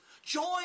Join